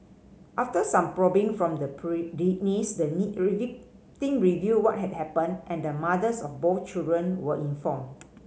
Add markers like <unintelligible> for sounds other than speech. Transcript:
after some probing from the <unintelligible> niece the <unintelligible> victim revealed what had happened and the mothers of both children were informed